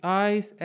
eyes